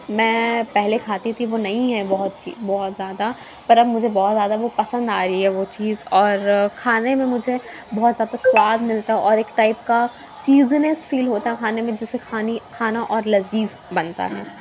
میں پہلے کھاتی تھی وہ نہیں ہے بہت سی بہت زیادہ پر اب مجھے بہت زیادہ وہ پسند آ رہی ہے وہ چیز اور کھانے میں مجھے بہت زیادہ سواد ملتا اور ایک ٹائپ کا چیزنس فیل ہوتا کھانے میں جس سے کھانی کھانا اور لذیذ بنتا ہے